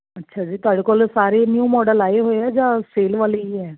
ਅੱਛਾ ਜੀ ਤੁਹਾਡੇ ਕੋਲ ਸਾਰੇ ਨਿਊ ਮਾਡਲ ਆਏ ਹੋਏ ਆ ਜਾਂ ਸੇਲ ਵਾਲੇ ਹੀ ਹੈ